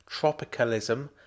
tropicalism